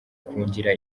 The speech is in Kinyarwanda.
kungira